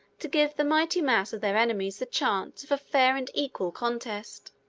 to give the mighty mass of their enemies the chances of a fair and equal contest.